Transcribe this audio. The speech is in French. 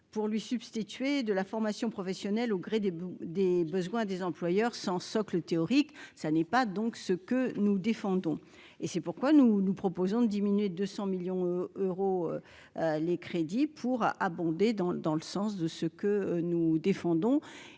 pour lui substituer, de la formation professionnelle au gré des besoins des besoins des employeurs sans socle théorique, ça n'est pas donc ce que nous défendons et c'est pourquoi nous nous proposons de diminuer de 100 millions euros les crédits pour abonder dans dans le sens de ce que nous défendons,